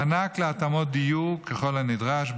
מענק להתאמות דיור ככל הנדרש,